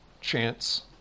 chance